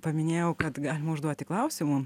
paminėjau kad galima užduoti klausimų